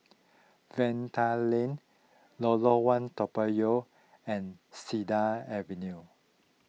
Vanda Link Lorong one Toa Payoh and Cedar Avenue